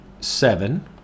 seven